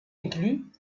inclus